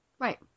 Right